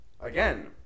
Again